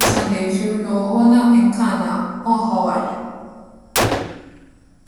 Osiandɛ mfir no, ͻwͻ hͻ na ennkaa no a, ͻnnhaw w'adwen.